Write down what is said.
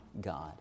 God